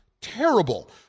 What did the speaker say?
terrible